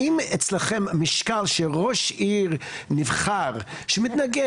האם אצלכם משקל של ראש עיר נבחר שמתנגד